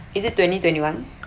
is it twenty twenty-one